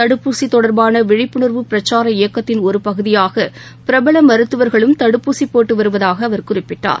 தடுப்பூசி தொடர்பான விழிப்புணர்வு பிரச்சார இயக்கத்தின் ஒரு பகுதியாக பிரபல மருத்துவர்களும் தடுப்பூசி போட்டு வருவதாக அவர் குறிப்பிட்டார்